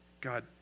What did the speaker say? God